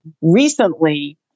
recently